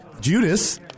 Judas